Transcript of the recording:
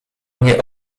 mnie